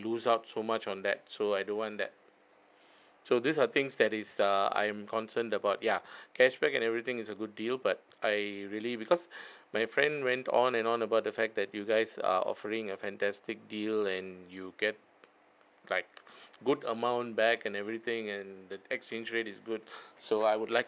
lose out so much on that so I don't want that so these are things that is err I am concerned about ya cashback and everything is a good deal but I really because my friend went on and on about the fact that you guys are offering a fantastic deal and you get like good amount back and everything and the exchange rate is good so I would like